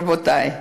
רבותי,